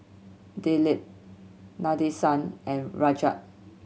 Dilip Nadesan and Rajat